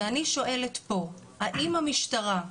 ואני שואלת פה האם המשטרה,